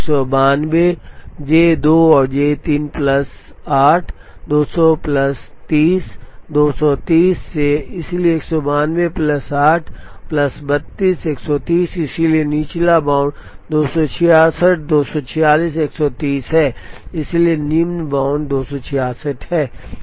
तो अब 192 J 2 और J 3 प्लस 8 200 प्लस 30 230 से इसलिए 192 प्लस 8 प्लस 32 130 इसलिए निचला बाउंड 266 246 130 है इसलिए निम्न बाउंड 266 है